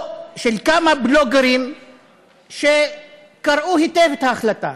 או של כמה בלוגרים שקראו היטב את ההחלטה.